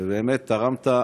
ובאמת תרמת,